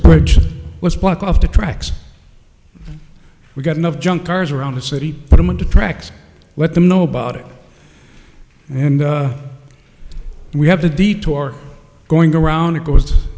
bridge was blocked off the tracks we've got enough junk cars around the city put them into tracks let them know about it and we have to detour going around it goes